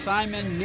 Simon